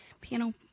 piano